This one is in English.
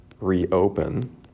reopen